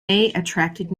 attracted